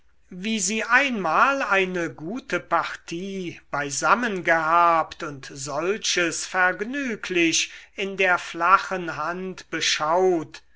wie sie einmal eine gute partie beisammen gehabt und solches vergnüglich in der flachen hand beschaut